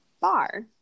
bar